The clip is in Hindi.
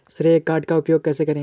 श्रेय कार्ड का उपयोग कैसे करें?